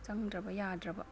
ꯆꯪꯗ꯭ꯔꯕ ꯌꯥꯗ꯭ꯔꯕ